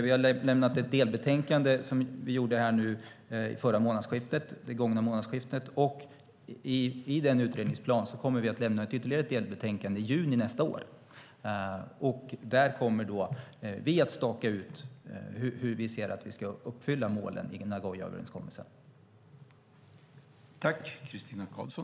Vi har lämnat ett delbetänkande i det gångna månadsskiftet. Enligt utredningsplanen kommer vi att lämna ytterligare ett delbetänkande i juni nästa år. Där kommer vi att staka ut hur vi anser att vi ska uppfylla målen i Nagoyaöverenskommelsen.